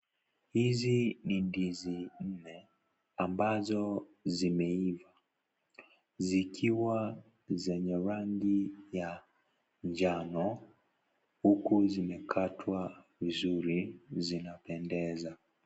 Hizi ni ndizi nne ambazo zimeiva zikiwa zenye rangi ya njano huku zimekatwa vizuri zinapendeza.